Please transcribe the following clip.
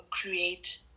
create